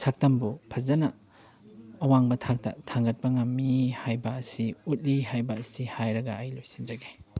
ꯁꯛꯇꯝꯕꯨ ꯐꯖꯅ ꯑꯋꯥꯡꯕ ꯊꯥꯛꯇ ꯊꯥꯡꯒꯠꯄ ꯉꯝꯃꯤ ꯍꯥꯏꯕ ꯑꯁꯤ ꯎꯠꯂꯤ ꯍꯥꯏꯕ ꯑꯁꯤ ꯍꯥꯏꯔꯒ ꯑꯩ ꯂꯣꯏꯁꯤꯟꯖꯒꯦ